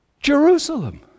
Jerusalem